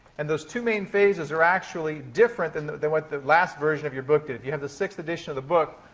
and those two main phases are actually different than than what the last version of your book did. if you have the sixth edition of the book,